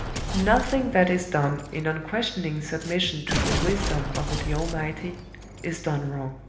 nothing that is done in unquestioning submission to the wisdom of the almighty is done wrong.